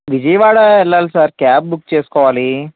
విజయవాడ వెళ్ళాలి sir cab book చేసుకోవాలి